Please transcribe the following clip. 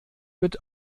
wird